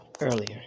earlier